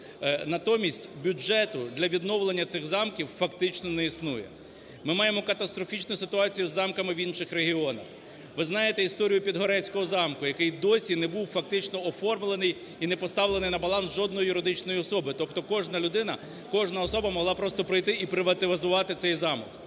Натомість бюджету для відновлення цих замків фактично не існує. Ми маємо катастрофічну ситуацію з замками в інших регіонах. Ви знаєте історію Підгорецького замку, який досі не був фактично оформлений і не поставлений на баланс жодною юридичною особою. Тобто кожна людина, кожна особа могла просто прийти і приватизувати цей замок.